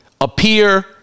appear